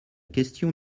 question